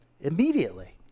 immediately